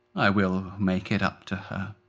i will make it up to her.